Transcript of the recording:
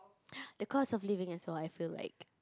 the cost of living as well I feel like